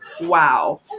wow